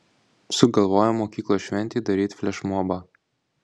sugalvojom mokyklos šventei daryt flešmobą